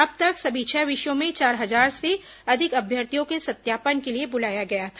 अब तक सभी छह विषयों में चार हजार से अधिक अभ्यार्थियों को सत्यापन के लिए बुलाया गया था